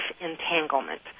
entanglement